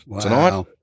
tonight